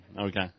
okay